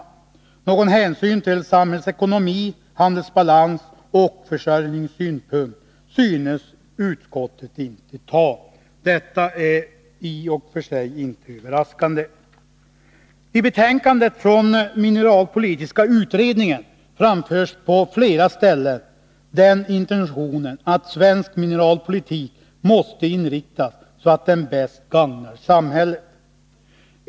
Någon hänsyn till samhällsekonomi, handelsbalans eller försörjningssynpunkt synes utskottet inte ta. Detta är i och för sig inte överraskande. I betänkandet från mineralpolitiska utredningen framförs på flera ställen den intentionen att svensk mineralpolitik måste inriktas så, att den bäst gagnar samhället.